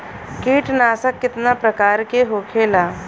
कीटनाशक कितना प्रकार के होखेला?